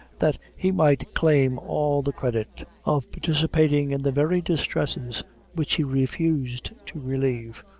that he might claim all the credit of participating in the very distresses which he refused to relieve,